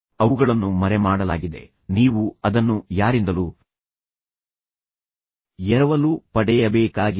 ಅವುಗಳನ್ನು ಮರೆಮಾಡಲಾಗಿದೆ ನೀವು ಅದನ್ನು ಯಾರಿಂದಲೂ ಎರವಲು ಪಡೆಯಬೇಕಾಗಿಲ್ಲ